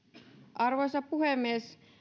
arvoisa puhemies